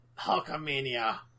Hulkamania